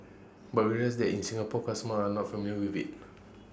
but we realise that in Singapore customers are not familiar with IT